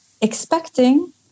expecting